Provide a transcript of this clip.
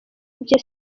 ibye